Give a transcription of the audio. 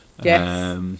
Yes